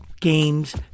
games